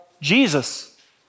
Jesus